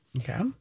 Okay